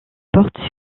porte